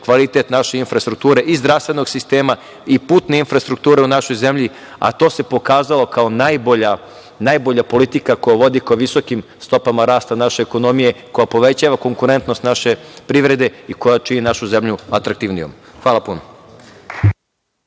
kvalitet naše infrastrukture i zdravstvenog sistema i putne infrastrukture u našoj zemlji, a to se pokazalo kao najbolja politika koja vodi ka visokim stopama rasta naše ekonomije i koja povećava konkurentnost naše privrede i koja čini našu zemlju atraktivnijom. Hvala puno.